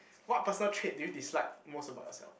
what personal trait do you dislike most about yourself